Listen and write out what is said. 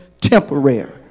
temporary